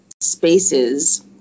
spaces